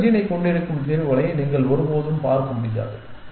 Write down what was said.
நடுத்தர ஜீனைக் கொண்டிருக்கும் தீர்வுகளை நீங்கள் ஒருபோதும் பார்க்க முடியாது